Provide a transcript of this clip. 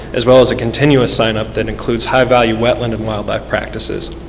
as well as a continuous sign-up that includes high-value wetland and wildlife practices.